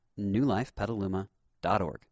newlifepetaluma.org